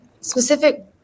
specific